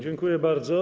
Dziękuję bardzo.